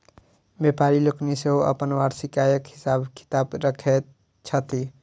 व्यापारि लोकनि सेहो अपन वार्षिक आयक हिसाब किताब रखैत छथि